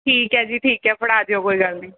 ਠੀਕ ਹੈ ਜੀ ਠੀਕ ਹੈ ਫੜਾ ਜਾਇਓ ਕੋਈ ਗੱਲ ਨਹੀਂ